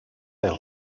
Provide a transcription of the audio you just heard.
del